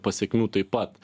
pasekmių taip pat